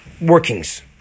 workings